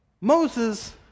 Moses